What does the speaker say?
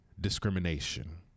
discrimination